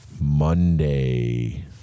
Monday